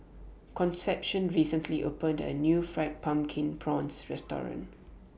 Concepcion recently opened A New Fried Pumpkin Prawns Restaurant